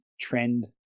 trend